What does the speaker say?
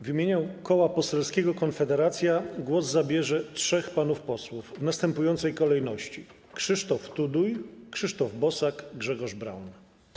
W imieniu koła poselskiego Konfederacja głos zabierze trzech panów posłów w następującej kolejności: Krzysztof Tuduj, Krzysztof Bosak, Grzegorz Braun.